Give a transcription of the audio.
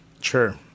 Sure